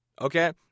Okay